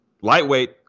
Lightweight